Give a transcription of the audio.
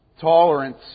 Tolerance